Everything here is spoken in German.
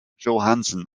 johansen